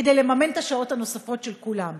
כדי לממן את השעות הנוספות של כולם,